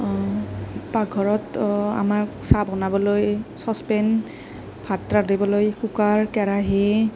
পাকঘৰত আমাৰ চাহ বনাবলৈ চচ্পেন ভাত ৰান্ধিবলৈ কুকাৰ কেৰাহী